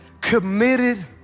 committed